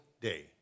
day